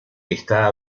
está